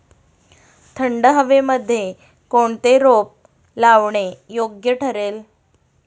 थंड हवेमध्ये कोणते रोप लावणे योग्य ठरेल?